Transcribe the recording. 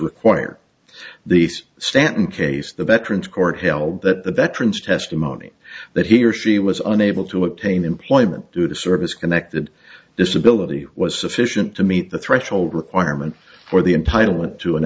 required these stanton case the veterans court held that the veterans testimony that he or she was unable to obtain employment due to service connected disability was sufficient to meet the threshold requirement for the entitlement to an